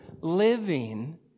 living